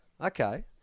okay